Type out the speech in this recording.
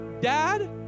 dad